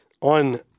On